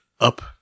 up